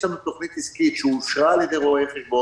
יש לנו תוכנית עסקית שאושרה על ידי רואי חשבון,